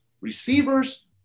receivers